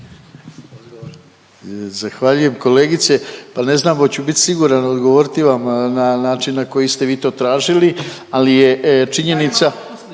Zahvaljujem kolegice. Al ne znam hoću li bit siguran odgovoriti vam na način na koji ste vi to tražili ali je činjenica